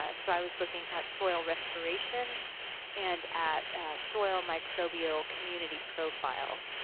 ah so i was looking at soil respiration and at soil microbial community profiles.